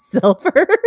silver